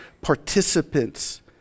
participants